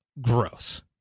gross